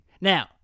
Now